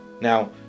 Now